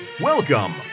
Welcome